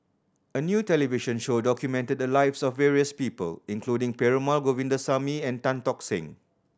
a new television show documented the lives of various people including Perumal Govindaswamy and Tan Tock Seng